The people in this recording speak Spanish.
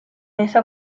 esa